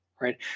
right